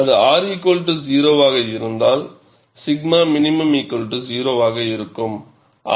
அது R0 ஆக இருந்தால் 𝛔min0 ஆக இருக்கும்